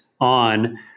on